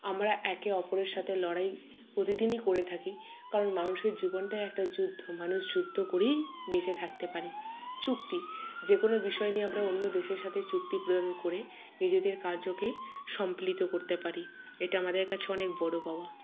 আমরা একে অপরের সাথে লড়াই প্রতিদিনই করে থাকি কারণ মানুষের জীবনটাই একটা যুদ্ধ মানুষ যুদ্ধ করেই বেঁচে থাকতে পারে চুক্তি যে কোনো বিষয় নিয়ে আমরা অন্য দেশের সাথে চুক্তি প্রনয়ণ করে নিজেদের কার্যকে সমপ্লিত করতে পারি এটা আমাদের কাছে অনেক বড় পাওয়া